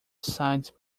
sides